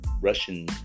Russian